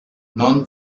non